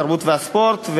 התרבות והספורט,